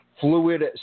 fluid